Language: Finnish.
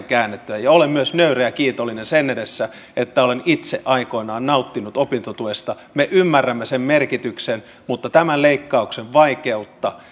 käännettyä olen myös nöyrä ja kiitollinen sen edessä että olen itse aikoinaan nauttinut opintotuesta me ymmärrämme sen merkityksen mutta tämän leikkauksen vaikeutta